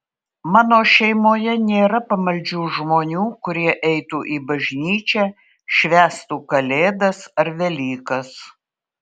mano šeimoje nėra pamaldžių žmonių kurie eitų į bažnyčią švęstų kalėdas ar velykas